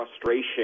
frustration